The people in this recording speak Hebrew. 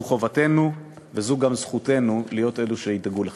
זו חובתנו וזו גם זכותנו להיות אלה שידאגו לכך.